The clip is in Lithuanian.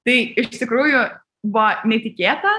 tai iš tikrųjų buvo netikėta